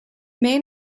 main